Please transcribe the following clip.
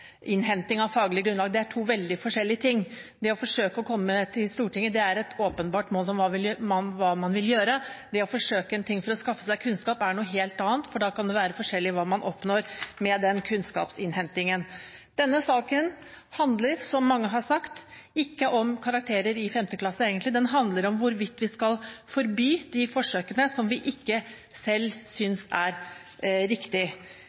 av faglig grunnlag. Det er to veldig forskjellige ting. Det å forsøke å komme på Stortinget er et åpenbart mål om hva man vil gjøre. Det å forsøke en ting for å skaffe seg kunnskap er noe helt annet, for da kan det være forskjellig hva man oppnår med den kunnskapsinnhentingen. Denne saken handler, som mange har sagt, ikke egentlig om karakterer i 5. klasse. Den handler om hvorvidt vi skal forby de forsøkene som vi selv ikke